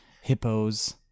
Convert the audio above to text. hippos